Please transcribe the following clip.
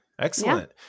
Excellent